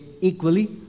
equally